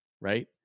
right